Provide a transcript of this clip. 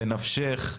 בנפשך,